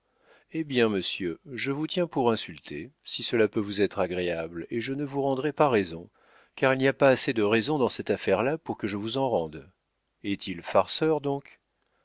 hé bien monsieur je vous tiens pour insulté si cela peut vous être agréable et je ne vous rendrai pas raison car il n'y a pas assez de raison dans cette affaire-là pour que je vous en rende est-il farceur donc